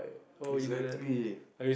exactly